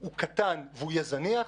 הוא קטן והוא יהיה זניח,